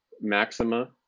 Maxima